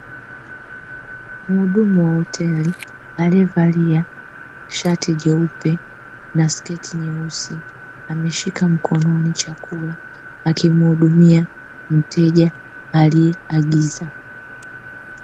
Muhudumu wa hoteli aliyevalia shati jeupe na sketi nyeusi, ameshika mkononi chakula akimuhudumia mteja aliyeagiza.